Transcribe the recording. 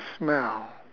smell